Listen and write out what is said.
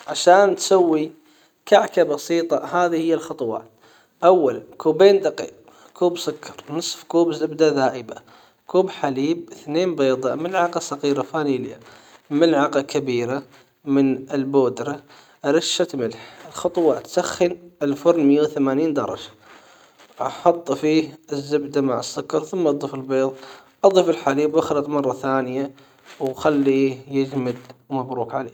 عشان تسوي كعكة بسيطة هذي هي الخطوات اولا كوبين دقيق كوب سكر نصف كوب زبدة ذائبة كوب حليب اثنين بيضة ملعقة صغيرة فانيليا ملعقة كبيرة من البودرة رشة ملح الخطوات سخن الفرن مئة وثمانين درجة احطه فيه الزبدة مع السكر ثم اضف البيظ اضيف الحليب واخلط مرة ثانية واخليه يجمد ومبروك عليك.